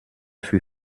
für